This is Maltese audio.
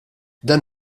dan